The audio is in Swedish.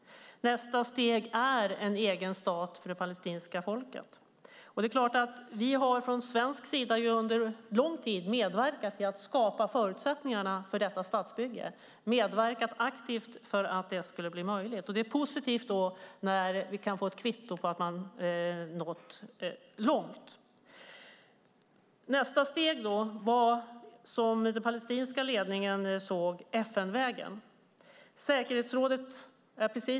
Nästa steg är en egen stat för det palestinska folket. Vi har från svensk sida under lång tid medverkat till att skapa förutsättningarna för detta statsbygge. Vi har medverkat aktivt för att det ska bli möjligt. Det är därför positivt när vi får ett kvitto på att man nått långt. Nästa steg blev, såsom den palestinska ledningen såg det, FN-vägen.